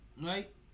right